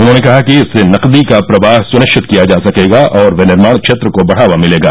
उन्होंने कहा कि इससे नकदी का प्रवाह सुनिश्चित किया जा सकेगा और विनिर्माण क्षेत्र को बढ़ावा मिलेगा